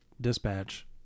dispatch